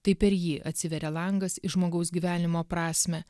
tai per jį atsiveria langas į žmogaus gyvenimo prasmę